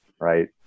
right